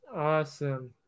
awesome